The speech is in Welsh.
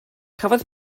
cafodd